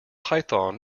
python